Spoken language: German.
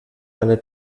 meiner